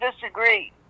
disagree